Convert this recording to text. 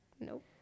Nope